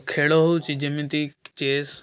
ଖେଳ ହେଉଛି ଯେମିତି ଚେସ୍